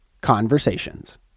Conversations